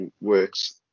works